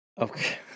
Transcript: Okay